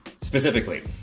specifically